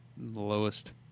lowest